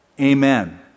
Amen